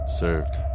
served